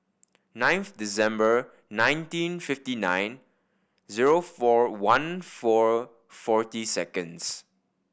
ninth December nineteen fifty nine zero four one four forty seconds